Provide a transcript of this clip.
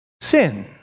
sin